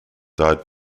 died